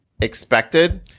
expected